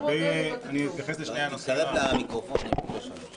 לשני הנושאים.